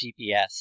GPS